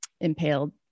impaled